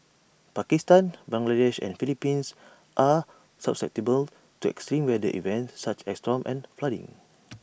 Pakistan Bangladesh and Philippines are susceptible to extreme weather events such as storms and flooding